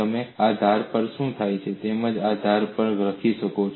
તમે આ ધાર પર શું થાય છે તેમજ આ ધાર પર લખી શકો છો